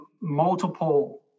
multiple